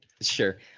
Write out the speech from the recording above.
Sure